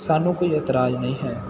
ਸਾਨੂੰ ਕੋਈ ਇਤਰਾਜ਼ ਨਹੀਂ ਹੈ